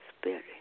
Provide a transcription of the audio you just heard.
spirit